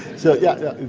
so, yeah,